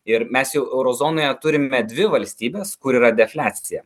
ir mes jau euro zonoje turime dvi valstybes kur yra defliacija